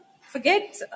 forget